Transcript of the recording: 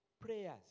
prayers